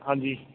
ਹਾਂਜੀ